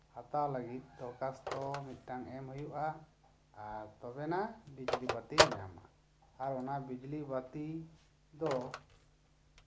ᱦᱟᱛᱟᱣ ᱞᱟᱹᱜᱤᱫ ᱫᱚᱨᱠᱷᱟᱥᱛᱚ ᱢᱤᱫᱴᱮᱱ ᱮᱢ ᱦᱩᱭᱩᱜᱼᱟ ᱟᱨ ᱛᱚᱵᱮᱱᱟᱜ ᱵᱤᱡᱞᱤᱵᱟᱛᱤᱢ ᱧᱟᱢᱟ ᱟᱨ ᱚᱱᱟ ᱵᱤᱡᱽᱞᱤ ᱵᱟᱹᱛᱤ ᱫᱚ